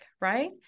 right